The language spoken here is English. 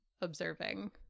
observing